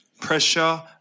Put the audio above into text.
Pressure